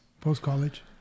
post-college